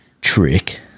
Trick